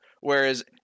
whereas